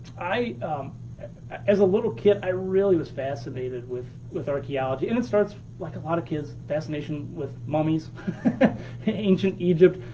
as a little kid, i really was fascinated with with archeology, and it starts like a lot of kids, fascination with mummies and ancient egypt.